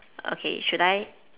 okay should I